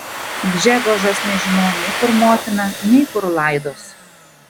gžegožas nežinojo nei kur motina nei kur laidos